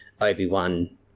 obi-wan